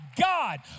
God